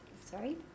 sorry